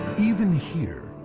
even here,